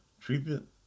Treatment